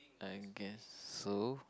I guess so